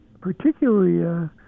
particularly